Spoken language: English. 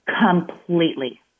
completely